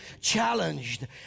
challenged